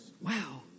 Wow